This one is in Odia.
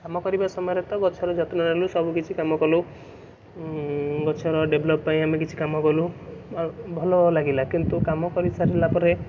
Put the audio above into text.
କାମ କରିବା ସମୟରେ ତ ଗଛର ଯତ୍ନ ନେଲୁ ସବୁକିଛି କାମ କଲୁ ଗଛର ଡେଭଲପ୍ ପାଇଁ ଆମେ କିଛି କାମ କଲୁ ଆଉ ଭଲ ଲାଗିଲା କିନ୍ତୁ କାମ କରିସାରିଲା ପରେ